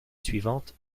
suivante